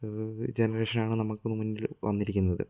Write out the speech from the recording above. ജനറേഷന് ആണ് നമുക്ക് മുന്നില് വന്നിരിക്കുന്നത്